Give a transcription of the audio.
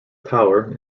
power